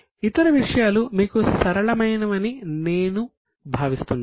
ఇతర విషయాలు మీకు సరళమైనవి అని నేను భావిస్తున్నాను